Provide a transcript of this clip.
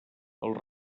els